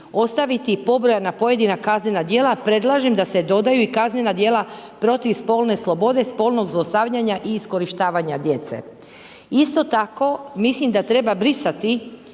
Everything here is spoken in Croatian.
ostaviti pobrojena pojedina kaznena djela, predlažem da se dodaju i kaznena dijela, protiv spolne slobode, spolnog zlostavljanja i iskorištavanja djece. Isto tako mislim da treba brisati,